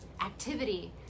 activity